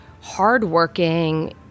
hardworking